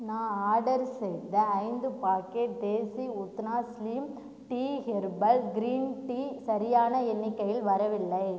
நான் ஆர்டர் செய்த ஐந்து packet Desi Utthana slim tea herbal green tea சரியான எண்ணிக்கையில் வரவில்லை